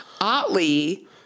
Otley